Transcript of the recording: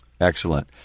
Excellent